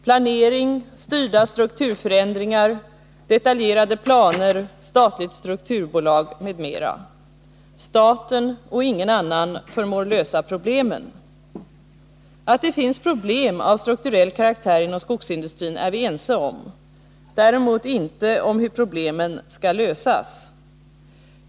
Planering, styrda strukturförändringar, detaljerade planer, statligt strukturbolag m.m. Staten och ingen annan förmår lösa problemen. Att det finns problem av strukturell karaktär inom skogsindustrin är vi överens om. Däremot är vi inte överens om hur problemen skall lösas.